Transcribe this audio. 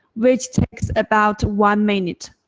which takes about one minute.